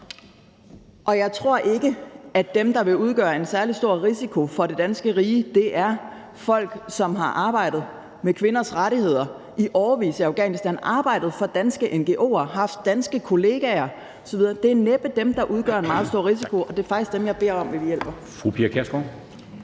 og jeg tror ikke, at dem, der vil udgøre en særlig stor risiko for det danske rige, er folk, som har arbejdet med kvinders rettigheder i årevis i Afghanistan, og som har arbejdet for danske ngo'er og haft danske kollegaer osv. Det er næppe dem, der udgør en meget stor risiko, og det er faktisk dem, jeg beder om at vi hjælper.